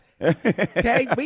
Okay